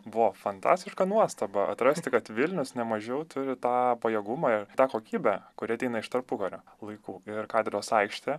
buvo fantastiška nuostaba atrasti kad vilnius nemažiau turi tą pajėgumą ir tą kokybę kuri ateina iš tarpukario laikų ir katedros aikštė